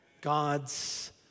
God's